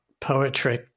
poetry